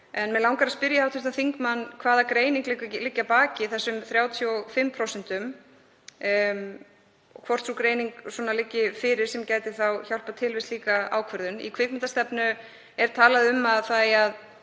Mig langar að spyrja hv. þingmann hvaða greining liggi að baki þessum 35% og hvort sú greining liggi fyrir sem gæti hjálpað til við slíka ákvörðun. Í kvikmyndastefnu er talað um að við þurfum